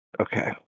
Okay